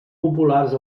populars